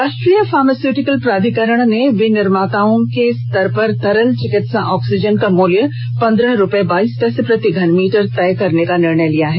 राष्ट्रीय फार्मास्युटिकल प्राधिकरण ने विनिर्माताओं के स्तर पर तरल चिकित्सा ऑक्सीजन का मूल्य पंद्रह रूपये बाइस पैसे प्रति घनमीटर तय करने का निर्णय लिया है